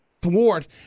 Thwart